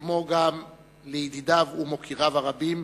וגם לידידיו ולמוקיריו הרבים,